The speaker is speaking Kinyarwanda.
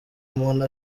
umuntu